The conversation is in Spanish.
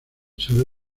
sabe